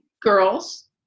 girls